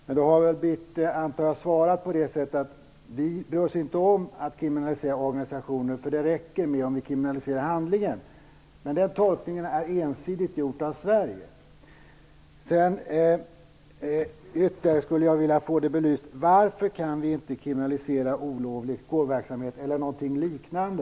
Jag antar att Birthe har svarat så att vi inte bryr oss om att kriminalisera organisationer eftersom det räcker med att vi kriminaliserar handlingen. Men denna tolkning är ensidigt gjord av Sverige. Jag skulle också vilja få ytterligare belyst varför vi inte kan kriminalisera olovlig kårverksamhet eller någonting liknande.